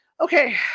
Okay